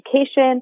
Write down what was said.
education